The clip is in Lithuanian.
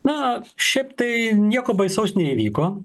na šiaip tai nieko baisaus neįvyko